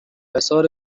حصار